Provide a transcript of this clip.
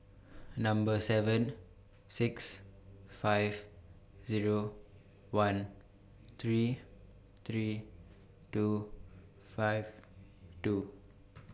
Number seven six five Zero one three three two five two